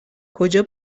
کجا